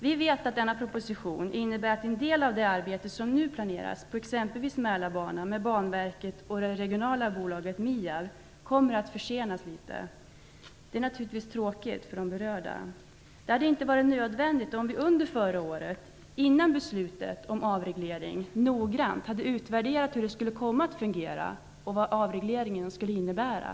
Vi vet att denna proposition innebär att en del av det arbete som nu planeras, exempelvis med Mälarbanan i samarbete mellan Banverket och det regionala bolaget MIAB, kommer att försenas litet, och det är naturligtvis tråkigt för de berörda. Detta hade inte varit nödvändigt om vi under förra året, före beslutet om avreglering, noggrant hade utvärderat hur det skulle komma att fungera och vad avregleringen skulle innebära.